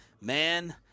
Man